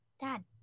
Dad